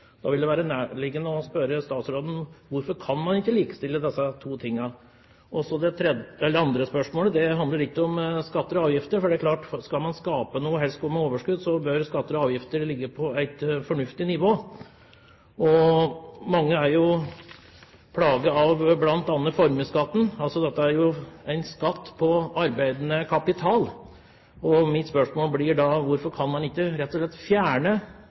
Da vil det være nærliggende å spørre statsråden: Hvorfor kan man ikke likestille disse to tingene? Det andre spørsmålet handler litt om skatter og avgifter, for det er klart at skal man skape noe og helst gå med overskudd, bør skatter og avgifter ligge på et fornuftig nivå. Mange er jo plaget av bl.a. formuesskatten. Det er jo en skatt på arbeidende kapital, og mitt spørsmål blir da: Hvorfor kan man ikke rett og slett fjerne